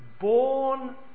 born